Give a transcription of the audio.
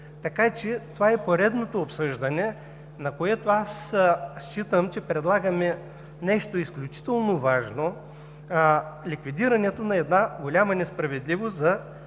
премине. Това е поредното обсъждане, на което считам, че предлагаме нещо изключително важно – ликвидирането на една голяма несправедливост